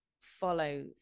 follow